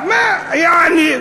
יעני,